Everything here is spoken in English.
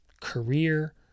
career